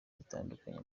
zitandukanye